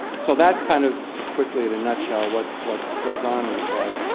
so that's kind of quickly in a nutshell what what goes on in the play.